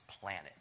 planet